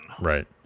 right